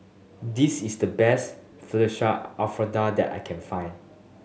this is the best Fettuccine Alfredo that I can find